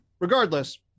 regardless